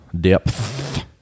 depth